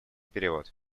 перевод